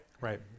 Right